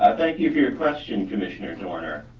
ah thank you for your question, commissioner doerner.